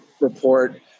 report